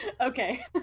Okay